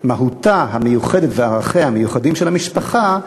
מהותה המיוחדת וערכיה המיוחדים של המשפחה,